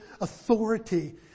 authority